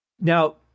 Now